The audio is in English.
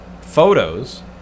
photos